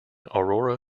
aurora